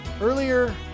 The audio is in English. earlier